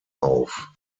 auf